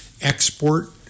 export